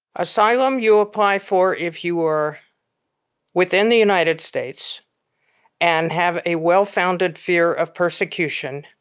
asylum you apply for if you were within the united states and have a well-founded fear of persecution.